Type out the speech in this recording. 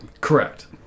correct